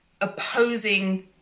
opposing